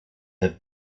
have